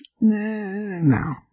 No